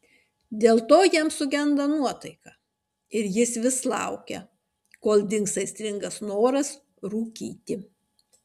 dėl to jam sugenda nuotaika ir jis vis laukia kol dings aistringas noras rūkyti